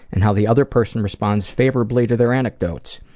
and how the other person responds favorably to their anecdotes.